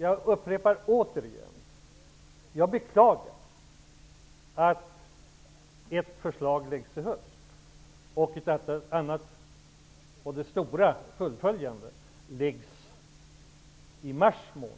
Jag upprepar återigen att jag beklagar att ett förslag framläggs i höst och att det stora, fullföjande förslaget kommer i mars månad